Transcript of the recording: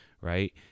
right